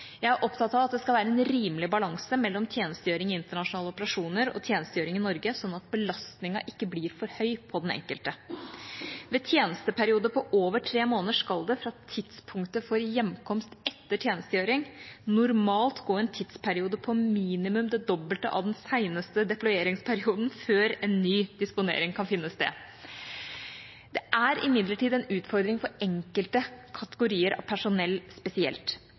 Jeg er opptatt av at det skal være en rimelig balanse mellom tjenestegjøring i internasjonale operasjoner og tjenestegjøring i Norge, slik at belastningen ikke blir for høy på den enkelte. Ved tjenesteperiode på over tre måneder skal det fra tidspunktet for hjemkomst etter tjenestegjøring normalt gå en tidsperiode på minimum det dobbelte av den seneste deployeringsperioden før ny disponering kan finne sted. Det er imidlertid en utfordring for enkelte kategorier av personell spesielt.